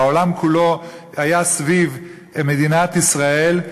והעולם כולו היה סביב מדינת ישראל,